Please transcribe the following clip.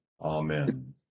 Amen